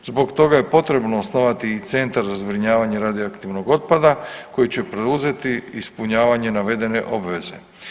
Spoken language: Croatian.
Zbog toga je potrebno osnovati i centar za zbrinjavanje radioaktivnog otpada koji će preuzeti ispunjavanje navedene obveze.